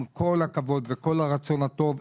עם כל הכבוד וכל הרצון הטוב,